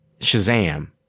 Shazam